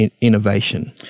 innovation